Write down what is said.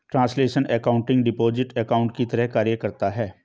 translational accounting deposit account की तरह कार्य करता है